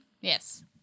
Yes